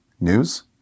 news